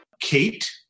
kate